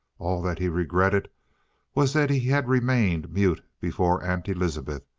all that he regretted was that he had remained mute before aunt elizabeth,